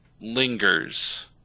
lingers